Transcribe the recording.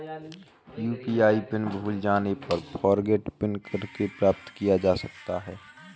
UPI pin भूल जाने पर फ़ॉरगोट पिन करके प्राप्त किया जा सकता है